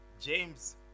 James